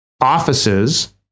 offices